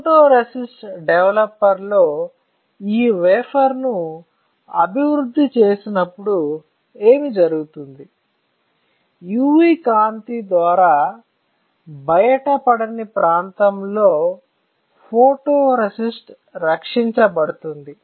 photoresist డెవలపర్లో ఈ wafer ను అభివృద్ధి చేసినప్పుడు ఏమి జరుగుతుందో UV కాంతి ద్వారా బయటపడని ప్రాంతంలో ఫోటోరేసిస్ట్ రక్షించబడుతుంది